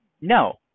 no